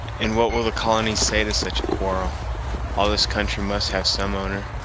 and what will the colony say to such a quarrel all this country must have some owner,